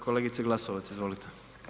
Kolegice Glasovac, izvolite.